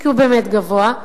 כי הוא באמת גבוה,